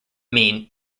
mean